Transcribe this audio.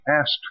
asked